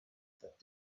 that